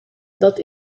dat